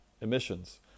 emissions